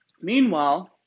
Meanwhile